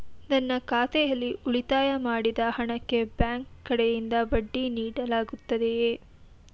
ನನ್ನ ಖಾತೆಯಲ್ಲಿ ಉಳಿತಾಯ ಮಾಡಿದ ಹಣಕ್ಕೆ ಬ್ಯಾಂಕ್ ಕಡೆಯಿಂದ ಬಡ್ಡಿ ನೀಡಲಾಗುತ್ತದೆಯೇ?